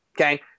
Okay